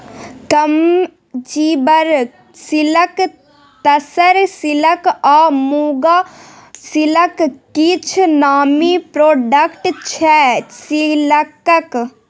Kanjeevaram silk, tussar silk आ muga silk किछ नामी प्रोडक्ट छै सिल्कक